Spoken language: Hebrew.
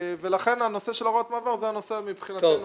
לכן הנושא של הוראות מעבר הוא הנושא המשמעותי מבחינתנו.